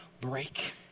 break